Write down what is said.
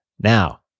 Now